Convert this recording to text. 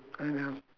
oh ya